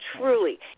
truly